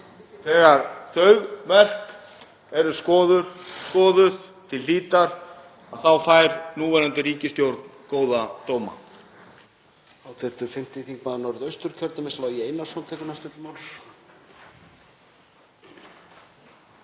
þegar þau verk eru skoðuð til hlítar þá fær núverandi ríkisstjórn góða dóma.